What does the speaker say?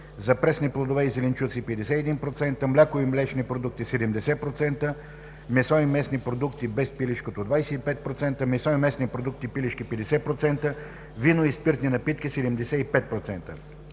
за пресни плодове и зеленчуци – 51%; мляко и млечни продукти – 70%; месо и месни продукти, без пилешко – 25%; месо и месни продукти, пилешки – 50%; вино и спиртни напитки – 75%.